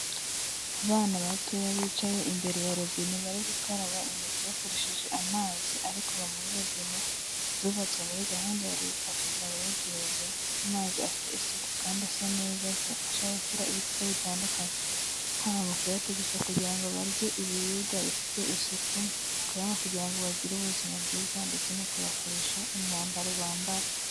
Abana batoya bicaye imbere ya robine bari gukaraba intoki bakoresheje amazi ari kuva muri robine zubatswe muri gahunda ya leta kugiragereze amazi afite isuku kandi asa neza, zibafasha gukora ibikorwa bitandukanye, haba mu kuyatekesha kugira ngo barye ibiribwa bifite isuku, kuyanywa kugirango bagire ubuzima bwiza ndetse, no kuyafurisha imyambaro bambara.